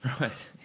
Right